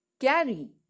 carry